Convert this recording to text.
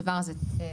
שם הדבר הזה תקף.